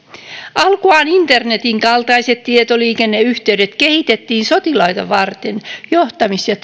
alkuaan internetin kaltaiset tietoliikenneyhteydet kehitettiin sotilaita varten johtamis ja